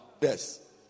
Yes